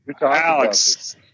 Alex